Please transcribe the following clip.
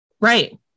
Right